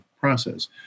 process